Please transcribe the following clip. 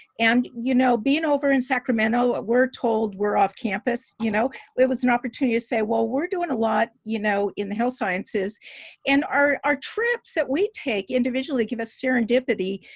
and you know being over in sacramento, ah we're told we're off campus you know it was an opportunity to say well we're doing a lot you know in the health sciences and our our trips that we take individually give us serendipity.